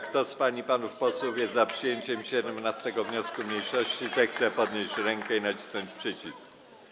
Kto z pań i panów posłów jest za przyjęciem 17. wniosku mniejszości, zechce podnieść rękę i nacisnąć przycisk.